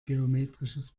geometrisches